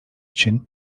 için